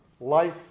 life